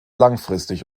langfristig